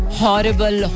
horrible